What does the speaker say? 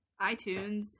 iTunes